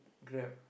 Grab